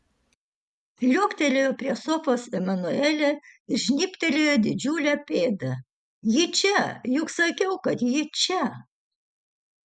liuoktelėjo prie sofos emanuelė ir žnybtelėjo didžiulę pėdą ji čia juk sakiau kad ji čia